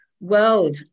world